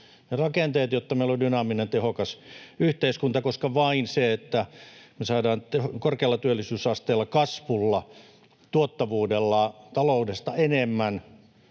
ne rakenteet, jotta meillä on dynaaminen ja tehokas yhteiskunta, koska vain silloin, kun me saadaan korkealla työllisyysasteella, kasvulla ja tuottavuudella taloudesta enemmän,